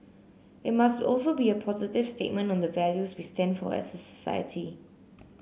it must also be a positive statement on the values we stand for as society